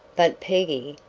but peggy,